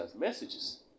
messages